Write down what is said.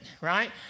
right